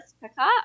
pickup